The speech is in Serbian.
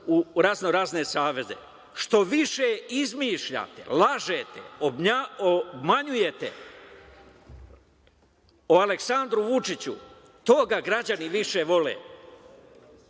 u raznorazne saveze. Što više izmišljate, lažete, obmanjujete o Aleksandru Vučiću, to ga građani više vole,